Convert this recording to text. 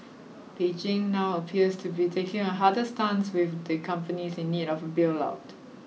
Beijing now appears to be taking a harder stance with the companies in need of a bail out